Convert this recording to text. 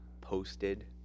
posted